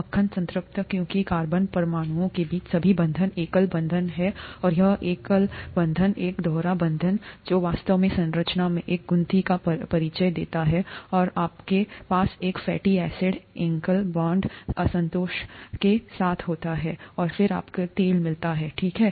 मक्खन संतृप्त क्योंकि कार्बन परमाणुओं के बीच सभी बंधन एकल बंधन हैं और यहां एक बंधन एक दोहरा बंधन है जो वास्तव में संरचना में एक गुत्थी का परिचय देता है और आपके पासएक फैटी एसिड एकल बांड असंतोष के साथहोता है और फिर आपको तेल मिलता है ठीक है